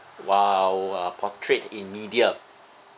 while uh portrayed in media